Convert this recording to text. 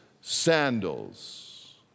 sandals